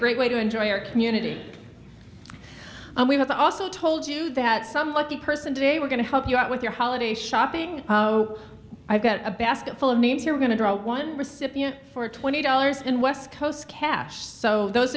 great way to enjoy your community and we have also told you that some lucky person today we're going to help you out with your holiday shopping so i've got a basket full of means you're going to draw one recipient for twenty dollars and west coast cash so those